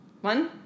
One